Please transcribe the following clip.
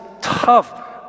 tough